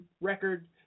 record